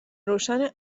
روشن